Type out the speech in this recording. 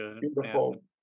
beautiful